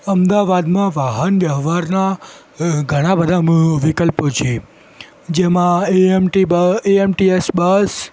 અમદાવાદમાં વાહન વ્યવહારના અ ઘણા બધા વિકલ્પો છે જેમાં A M T bus A M T S bus